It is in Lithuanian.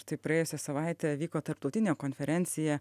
štai praėjusią savaitę vyko tarptautinė konferencija